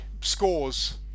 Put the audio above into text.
scores